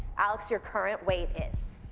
alex your current weight is.